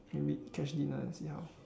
maybe catch dinner and see how